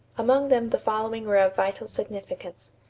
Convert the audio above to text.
among them the following were of vital significance.